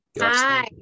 Hi